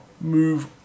move